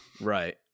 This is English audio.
right